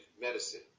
medicine